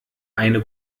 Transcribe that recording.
eine